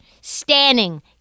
standing